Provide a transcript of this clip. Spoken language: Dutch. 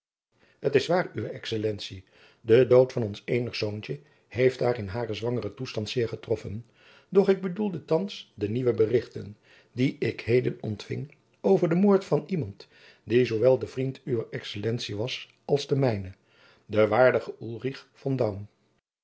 t is waar uwe excellentie de dood van ons eenig zoontje heeft haar in haren zwangeren toestand zeer getroffen doch ik bedoelde thands de nieuwe berichten die ik heden ontfing over den moord van iemand die zoowel de vriend jacob van lennep de pleegzoon uwer excellentie was als de mijne den waardigen